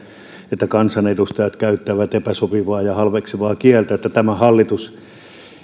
että kansanedustajat käyttävät epäsopivaa ja halveksivaa kieltä että tämä hallitus